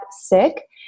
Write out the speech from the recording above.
sick